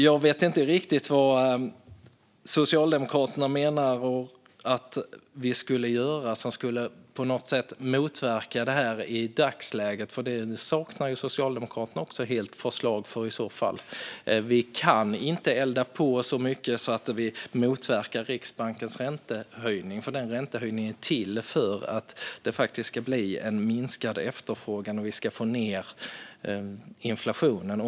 Jag vet inte riktigt vad Socialdemokraterna menar att vi ska göra som på något sätt skulle motverka detta i dagsläget. Detta saknar Socialdemokraterna också helt förslag om i så fall. Vi kan inte elda på så mycket att vi motverkar Riksbankens räntehöjning, för denna höjning är till för att det ska bli minskad efterfrågan och att vi ska få ned inflationen.